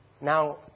Now